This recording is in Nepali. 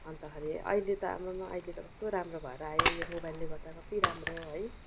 अन्तखेरि अहिले त आम्ममामा अहिले त कस्तो राम्रो भएर आयो यो मोबाइलले गर्दा कत्ति राम्रो है